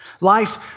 life